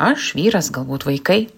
aš vyras galbūt vaikai